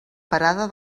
parada